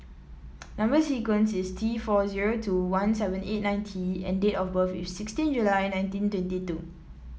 number sequence is T four zero two one seven eight nine T and date of birth is sixteen July nineteen twenty two